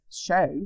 show